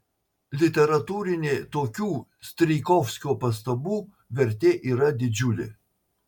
literatūrinė tokių strijkovskio pastabų vertė yra didžiulė